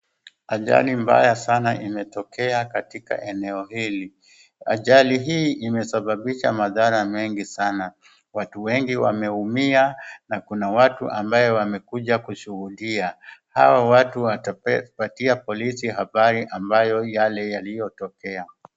Ajali mbaya sana imetokea katika eneo hili. Ajali hii imesababisha madhara mengi sana. Watu wengi wameumia, na kuna watu ambaye wamekuja kushuhudia. Hao watu watapatia polisi habari ambayo yale yaliotokea.